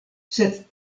sed